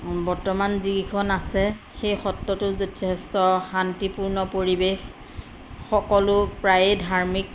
বৰ্তমান যিকেইখন আছে সেই সত্ৰটো যথেষ্ট শান্তিপূৰ্ণ পৰিৱেশ সকলো প্ৰায়েই ধাৰ্মিক